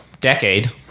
decade